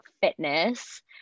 fitness